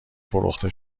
فروخته